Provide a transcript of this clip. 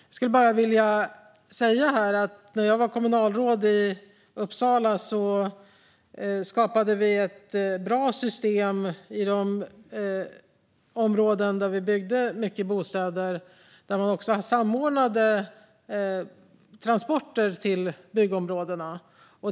Jag skulle här bara vilja säga att när jag var kommunalråd i Uppsala skapade vi ett bra system i de områden där vi byggde mycket bostäder där vi också samordnade transporter till byggområdena.